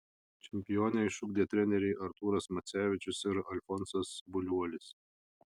čempionę išugdė treneriai artūras macevičius ir alfonsas buliuolis